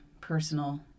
personal